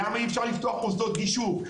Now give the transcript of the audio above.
למה אי-אפשר לפתוח מוסדות גישור?